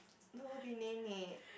no be nenek